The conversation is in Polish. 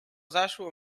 zaszło